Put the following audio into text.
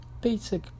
basic